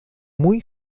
muy